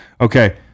Okay